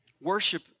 Worship